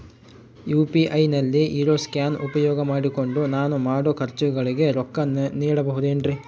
UPI ನಲ್ಲಿ ಇರೋ scan ಉಪಯೋಗ ಮಾಡಿಕೊಂಡು ನಾನು ಮಾಡೋ ಖರ್ಚುಗಳಿಗೆ ರೊಕ್ಕ ನೇಡಬಹುದೇನ್ರಿ?